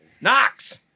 Knox